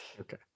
Okay